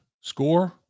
Score